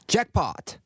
Jackpot